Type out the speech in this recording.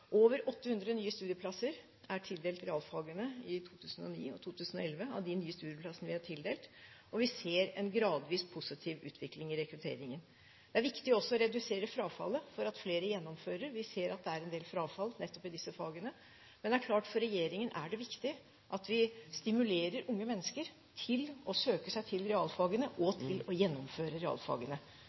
Over 800 nye studieplasser – av de nye studieplassene vi har tildelt – er tildelt realfagene i 2009 og 2011, og vi ser en gradvis positiv utvikling i rekrutteringen. Det er også viktig å redusere frafallet, slik at flere gjennomfører. Vi ser at det er en del frafall nettopp i disse fagene. Men det er klart: For regjeringen er det viktig at vi stimulerer unge mennesker til å søke seg til realfagene og til å gjennomføre realfagene,